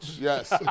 Yes